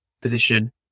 position